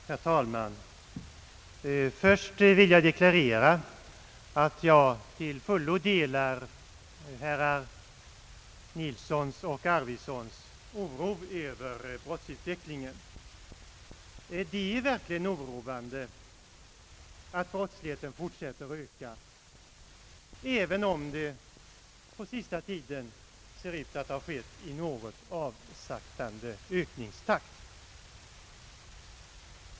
Herr talman! Först vill jag deklarera att jag till fullo delar herrar Nilssons och Arvidsons oro över brottsutvecklingen. Det är verkligt oroande att brottsligheten fortsätter att öka, även om det på sista tiden ser ut att ha skett i en något avsaktande ökningstakt.